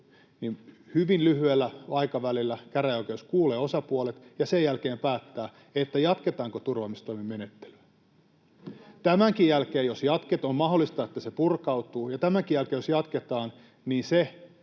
hyvin lyhyellä aikavälillä käräjäoikeus kuulee osapuolet ja sen jälkeen päättää, jatketaanko turvaamistoimimenettelyä. On mahdollista, että se purkautuu, ja tämänkin jälkeen jos jatketaan, niin